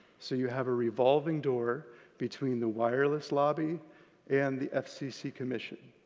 so you have a revolving door between the wireless lobby and the fcc commission.